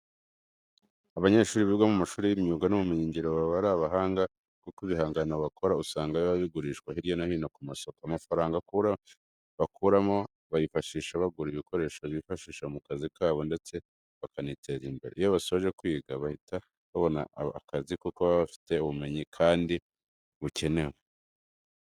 Abanyeshuri biga mu mashuri y'imyuga n'ubumenyingiro baba ari abahanga kuko ibihangano bakora usanga biba bigurishwa hirya no hino ku masoko. Amafaranga bakuramo bayifashisha bagura ibikoresho bifashisha mu kazi kabo ndetse bakaniteza imbere. Iyo basoje kwiga bahita babona akize kuko baba bafite ubumenyi kandi bukenewe.